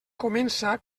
comença